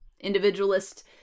individualist